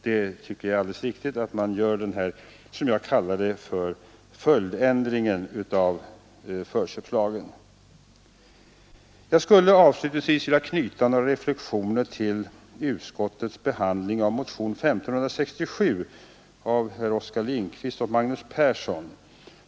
Jag tycker det är alldeles riktigt att man gör vad jag vill kalla denna följdändring av förköpslagen. Jag skulle avslutningsvis vilja knyta några reflexioner till utskottets behandling av motionen 1567 av herr Oskar Lindkvist och herr Magnus Persson.